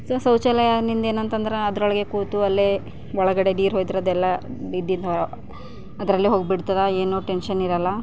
so ಶೌಚಾಲಯದಿಂದ ಏನಂತಂದ್ರೆ ಅದರೊಳಗೆ ಕೂತು ಅಲ್ಲೇ ಒಳಗಡೆ ನೀರು ಹೊಯ್ದರದೆಲ್ಲ ಬಿದ್ದಿದ್ದು ಅದರಲ್ಲೇ ಹೋಗ್ಬಿಟ್ಟಿದೆ ಏನು ಟೆನ್ಷನಿರಲ್ಲ